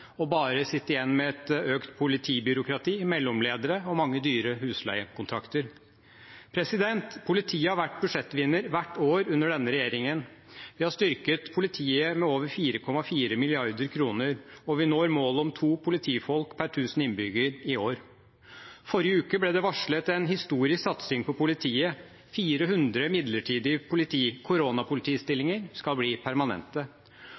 og bare sitte igjen med et økt politibyråkrati, mellomledere og mange dyre husleiekontrakter. Politiet har vært budsjettvinner hvert år under denne regjeringen. Vi har styrket politiet med over 4,4 mrd. kr, og vi når målet om to politifolk per tusen innbyggere i år. Forrige uke ble det varslet en historisk satsing på politiet: 400 midlertidige koronapolitistillinger skal bli permanente,